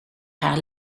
haar